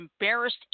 embarrassed